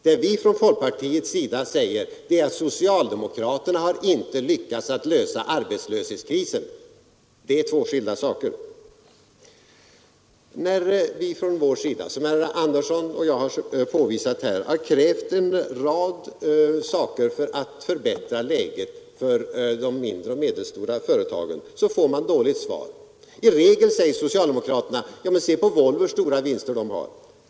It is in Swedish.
Vad vi från folkpartiets sida säger är att socialdemokraterna inte har lyckats lösa arbetslöshetskrisen. Det är två skilda saker. När vi från vår sida — som herr Andersson i Örebro och jag har påvisat här — krävt en rad åtgärder för att förbättra läget för de mindre och medelstora företagen, så får man dåligt svar. I regel säger socialdemokraterna: Men se på hur stora vinster Volvo har!